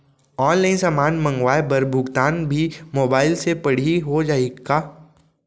Online समान मंगवाय बर भुगतान भी मोबाइल से पड़ही हो जाही का?